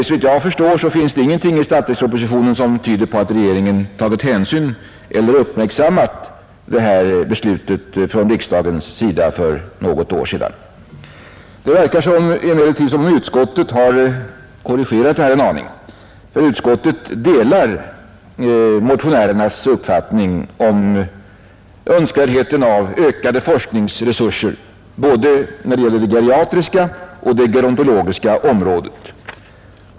Såvitt jag förstår finns det ingenting i statsverkspropositionen som tyder på att regeringen tagit hänsyn till eller uppmärksammat detta beslut av riksdagen för något år sedan. Det verkar emellertid som om utskottet har korrigerat detta en aning, ty utskottet delar motionärernas uppfattning om önskvärdheten av ökade forskningsresurser både när det gäller det geriatriska och det gerontologiska området.